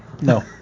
No